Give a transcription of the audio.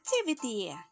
activity